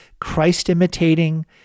Christ-imitating